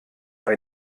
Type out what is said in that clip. bei